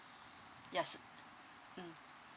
yes mm